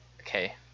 Okay